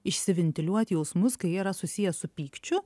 išsiventiliuot jausmus kai jie yra susiję su pykčiu